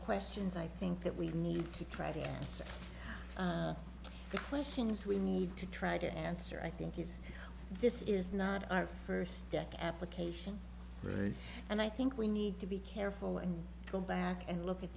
questions i think that we need to try the answer questions we need to try to answer i think is this is not our first deck application right and i think we need to be careful and go back and look at